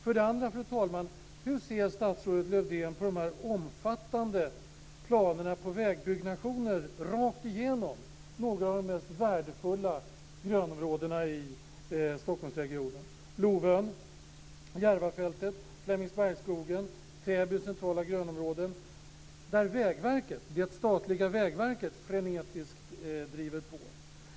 Hur ser statsrådet Lövdén på de omfattande planerna på vägbyggnationer rakt igenom några av de mest värdefulla grönområdena i Stockholmsregionen? Det gäller Lovön, Järvafältet, Flemingsbergsskogen, Täbys centrala grönområden där det statliga Vägverket frenetiskt driver på.